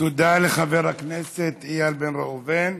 תודה לחבר הכנסת איל בן ראובן.